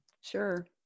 Sure